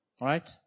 right